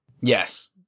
Yes